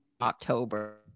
October